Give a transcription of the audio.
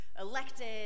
elected